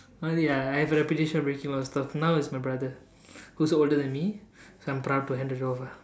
ya I have a reputation for breaking a lot of stuff now is my brother who is older than me so I am proud to hand it over